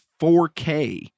4k